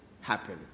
happen